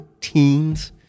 teens